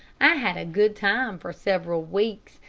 i had a good time for several weeks,